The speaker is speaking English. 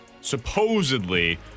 supposedly